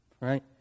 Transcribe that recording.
right